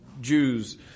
Jews